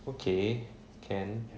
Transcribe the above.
okay can